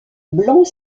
blanc